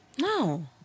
No